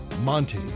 Monty